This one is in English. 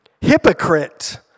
Hypocrite